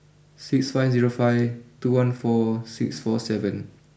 six five zero five two one four six four seven